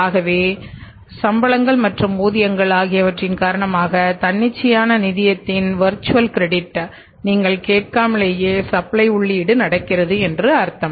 ஆகவே சம்பளங்கள் மற்றும் ஊதியங்கள் ஆகியவற்றின் காரணமாக தன்னிச்சையான நிதியத்தின் வெர்சுவல் கிரெடிட் நீங்கள் கேட்காமல் சப்ளை உள்ளீடு நடக்கிறது என்று அர்த்தம்